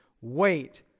wait